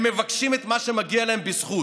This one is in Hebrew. הם מבקשים את מה שמגיע להם בזכות,